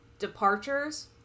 Departures